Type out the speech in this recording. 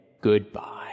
Goodbye